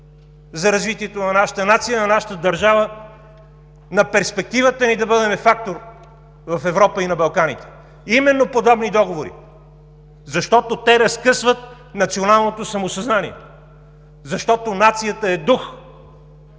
за развитието на нашата нация, на нашата държава, на перспективата ни да бъдем фактор в Европа и на Балканите. Именно подобни договори! Защото те разкъсват националното самосъзнание, защото нацията е дух,